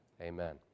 Amen